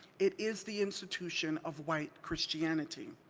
it is the institution of white christianity.